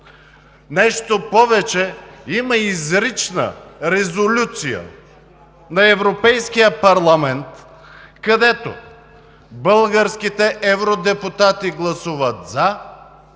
Нещо повече, има изрична резолюция на Европейския парламент, където българските евродепутати гласуват „за“,